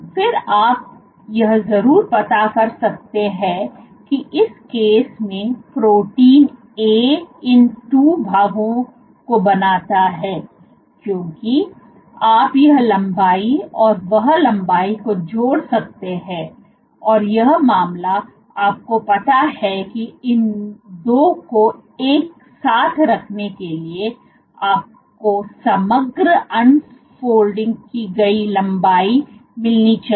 फिर आप यह जरूर पता कर सकते हैं कि इस केस में प्रोटीन A इन 2 भागों को बनाता है क्योंकि आप यह लंबाई और वह लंबाई को जोड़ सकते हैं और यह मामला आपको पता है कि इन 2 को एक साथ रखने के लिए आपको समग्र अनफॉलो की गई लंबाई मिलनी चाहिए